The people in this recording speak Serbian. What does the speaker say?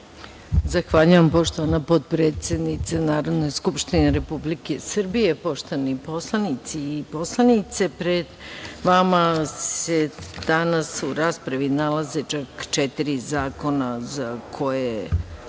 Zahvaljujem, poštovana potpredsednice Narodne skupštine Republike Srbije, poštovani poslanici i poslanice. Pred vama se, danas u raspravi, nalaze, čak četiri predloga zakona,